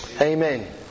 Amen